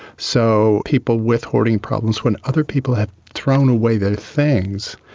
so people with hoarding problems, when other people have thrown away their things,